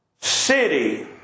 city